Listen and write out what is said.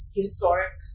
historic